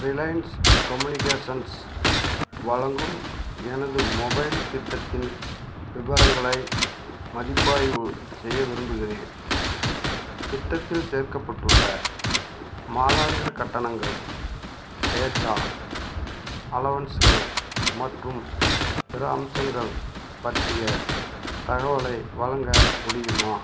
Reliance communications வலங்கும் எனது mobile திட்டத்தின் விவரங்களை மதிப்பாய்வு செய்ய விரும்புகிறேன் திட்டத்தில் சேர்க்கப்பட்டுள்ள மாதாந்திர கட்டணங்கள் டேட்டா அலோன்ஸுகள் மற்றும் பிற அம்சங்கள் பற்றிய தகவலை வழங்க முடியுமா